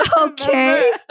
okay